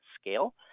scale